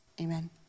amen